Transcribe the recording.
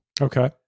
Okay